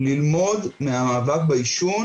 למיגור העישון